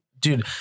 dude